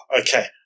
okay